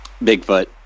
Bigfoot